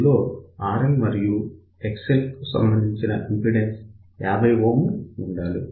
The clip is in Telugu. అందులో RL మరియు XL సంబంధించిన ఇంపిడెన్స్ 50 Ω ఉండాలి